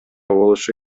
болушу